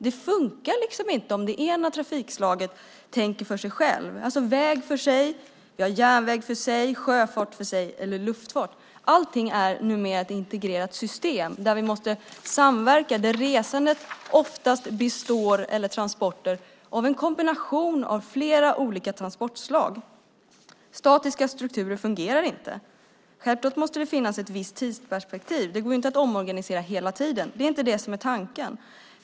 Det fungerar inte om varje trafikslag tänker för sig självt: väg för sig, järnväg för sig, sjöfart för sig och luftfart för sig. Allting är numera ett integrerat system, där vi måste samverka. Resandet och transporterna består oftast av en kombination av flera olika transportslag. Statiska strukturer fungerar inte. Självklart måste det finnas ett visst tidsperspektiv. Det går inte att omorganisera hela tiden. Det är inte det som är tanken.